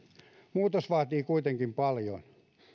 muutos vaatii kuitenkin paljon